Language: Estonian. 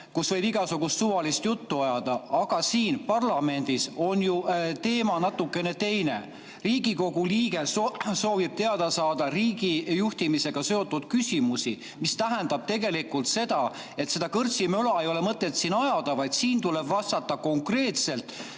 kus võib igasugust suvalist juttu ajada, aga siin parlamendis on ju teema natukene teine. Riigikogu liige soovib saada [vastust] riigi juhtimisega seotud küsimustele. See tähendab, et kõrtsimöla ei ole mõtet siin ajada, vaid siin tuleb vastata konkreetselt